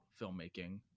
filmmaking